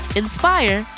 inspire